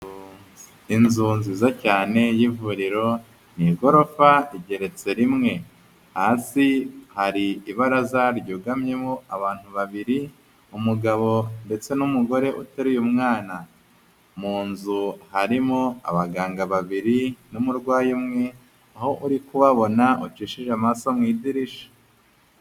Inzu nziza cyane y'ivuriro, ni igorofa igeretse rimwe. Hasi hari ibaraza ryugamyemo abantu babiri umugabo ndetse n'umugore utaye umwana. Mu nzu harimo abaganga babiri n'umurwayi umwe aho uri kubabona ucishije amasa mu idirisha.